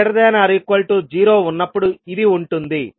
t≥0 ఉన్నప్పుడు ఇది ఉంటుంది